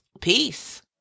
Peace